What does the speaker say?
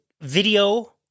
video